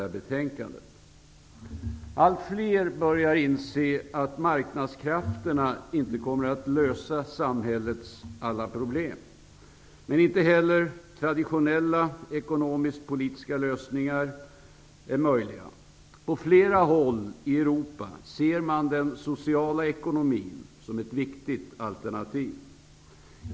Det beror troligen på deras regeringsdeltagande -- allting har ju sitt pris. Allt fler börjar inse att marknadskrafterna inte kommer att lösa samhällets alla problem. Men inte heller traditionella ekonomiskt politiska lösningar är möjliga. På flera håll i Europa ser man den sociala ekonomin som ett viktigt alternativ.